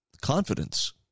confidence